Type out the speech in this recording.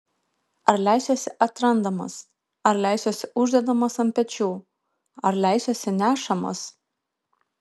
ar leisiuosi atrandamas ar leisiuosi uždedamas ant pečių ar leisiuosi nešamas